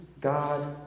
God